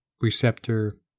receptor